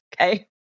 Okay